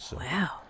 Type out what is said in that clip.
Wow